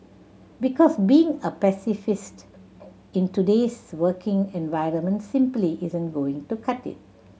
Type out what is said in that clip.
because being a pacifist in today's working environment simply isn't going to cut it